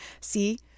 See